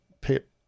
Pip